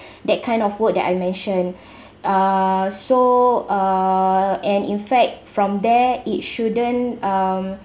that kind of work that I mentioned uh so uh and in fact from there it shouldn't um